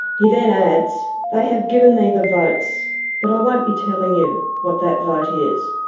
he then adds, they have given me the votes but i won't be telling you what that vote is.